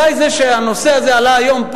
אולי זה שהנושא הזה עלה פה היום,